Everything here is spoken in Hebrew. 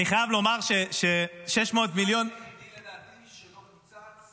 אני חייב לומר ש-600 מיליון --- המשרד היחיד שלא קוצץ,